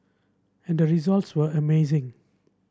and the results were amazing